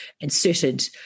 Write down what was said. inserted